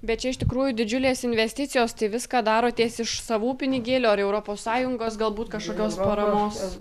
bet čia iš tikrųjų didžiulės investicijos tai viską darotės iš savų pinigėlių ar europos sąjungos galbūt kažkokios paramos